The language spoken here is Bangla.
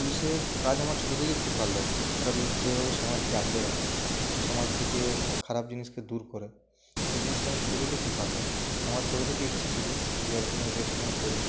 পুলিশের কাজ আমার ছোট থেকে খুব ভাল লাগে তারা যেভাবে সমাজকে আগলে রাখে সমাজ থেকে খারাপ জিনিসকে দূর করে এই জিনিসটা আমার ছোট থেকেই খুব ভাল লাগে আমার ছোট থেকে ইচ্ছা ছিল যে একদিন ওই ড্রেসটা আমি পরবো